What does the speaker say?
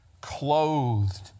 clothed